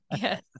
Yes